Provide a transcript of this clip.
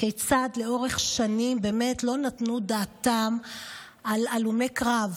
כיצד לאורך השנים באמת לא נתנו דעתם על הלומי קרב.